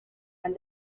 and